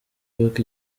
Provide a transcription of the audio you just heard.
y’uko